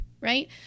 right